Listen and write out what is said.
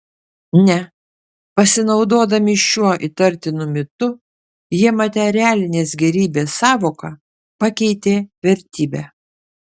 ne pasinaudodami šiuo įtartinu mitu jie materialinės gėrybės sąvoką pakeitė vertybe